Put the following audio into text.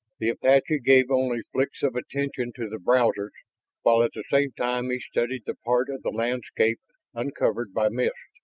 the apache gave only flicks of attention to the browsers while at the same time he studied the part of the landscape uncovered by mist.